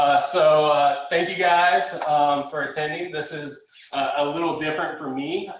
so thank you guys for attending, this is a little different for me.